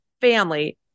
family